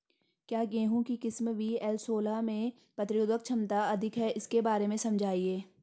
क्या गेहूँ की किस्म वी.एल सोलह में प्रतिरोधक क्षमता अधिक है इसके बारे में समझाइये?